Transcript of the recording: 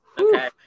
Okay